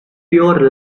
pure